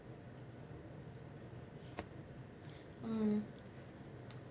um